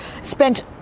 spent